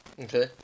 Okay